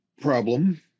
problem